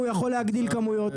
הוא יכול להגדיל כמויות,